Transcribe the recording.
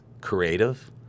creative